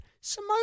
Simone